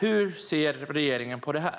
Hur ser regeringen på det här?